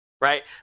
right